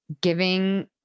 giving